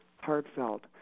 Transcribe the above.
heartfelt